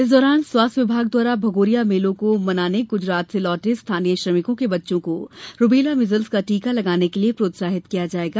इस दौरान स्वास्थ विभाग द्वारा भगोरिया मेलों को मनाने गुजरात से लौटे स्थानीय श्रमिकों के बच्चो को रुबेला मीजल्स का टीका लगाने के लिए प्रोत्साहित किया जायेगा